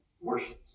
worships